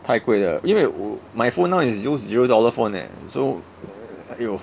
太贵了因为我 my phone now is those zero dollar phone eh so !aiyo!